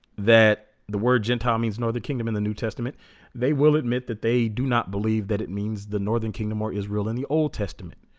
that the word gentile means northern kingdom in the new testament they will admit that they do not believe that it means the northern kingdom or israel in the old testament